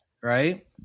right